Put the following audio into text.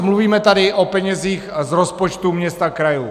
Mluvíme tady o penězích z rozpočtů měst a krajů.